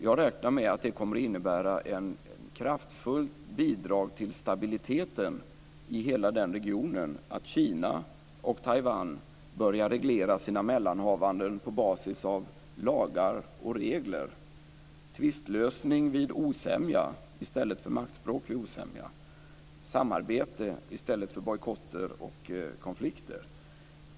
Jag räknar med att det kommer att innebära ett kraftfullt bidrag till stabiliteten i hela den regionen att Kina och Taiwan börjar reglera sina mellanhavanden på basis av lagar och regler. Det ska vara tvistlösning vid osämja i stället för maktspråk vid osämja och samarbete i stället för bojkotter och konflikter.